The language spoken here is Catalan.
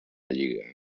lliga